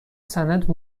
سند